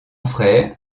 frère